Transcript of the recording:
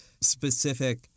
specific